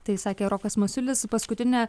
tai sakė rokas masiulis paskutinę